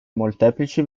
molteplici